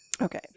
Okay